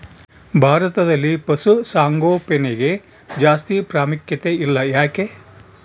ಭಾರತದಲ್ಲಿ ಪಶುಸಾಂಗೋಪನೆಗೆ ಜಾಸ್ತಿ ಪ್ರಾಮುಖ್ಯತೆ ಇಲ್ಲ ಯಾಕೆ?